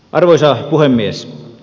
arvoisa puhemies